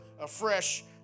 afresh